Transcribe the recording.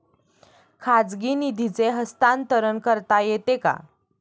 खाजगी निधीचे हस्तांतरण करता येते का?